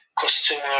customer